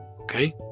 okay